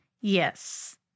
yes